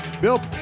Bill